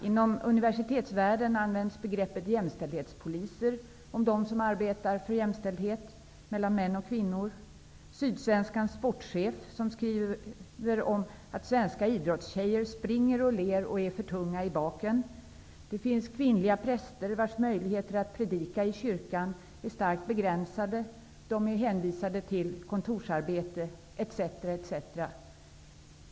Inom universitetsvärlden används begreppet jämställdhetspoliser om dem som arbetar för jämställdhet mellan män och kvinnor. Sydsvenskans sportchef skriver att svenska idrottstjejer springer och ler och är för tunga i baken. Det finns kvinnliga präster vars möjligheter att predika i kyrkan är starkt begränsade, och de är hänvisade till kontorsarbete etc.